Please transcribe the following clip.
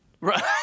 Right